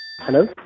Hello